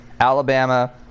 Alabama